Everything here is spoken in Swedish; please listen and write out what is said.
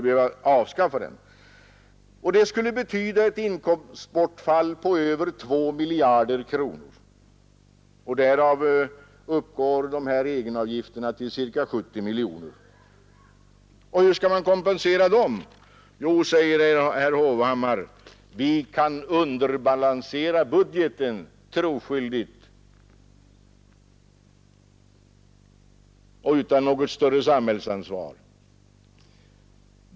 Ett sådant avskaffande skulle i stället betyda ett inkomstbortfall på över 2 miljarder kronor, varav egenavgifterna uppgår till ca 70 miljoner kronor. Och hur skall man kompensera dessa avgifter? Jo, vi kan underbalansera budgeten, säger herr Hovhammar troskyldigt och utan något större samhällsansvar.